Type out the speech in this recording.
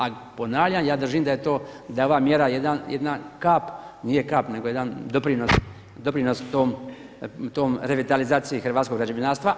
A ponavljam, ja držim da je ova mjera jadna kap, nije kap nego jedan doprinos toj revitalizaciji hrvatskog građevinarstva.